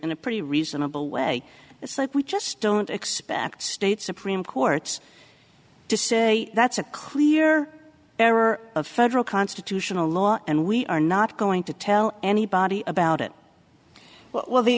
in a pretty reasonable way it's like we just don't expect state supreme courts to say that's a clear error of federal constitutional law and we are not going to tell anybody about it well the